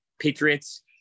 Patriots